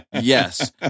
Yes